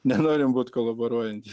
nenorim būt kolaboruojanty